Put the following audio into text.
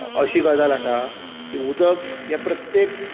अशी गजाल आसा की उदक हें प्रत्येक